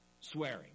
Swearing